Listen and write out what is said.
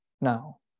now